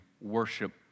worship